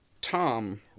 Tom